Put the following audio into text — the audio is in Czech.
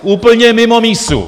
Úplně mimo mísu.